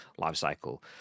lifecycle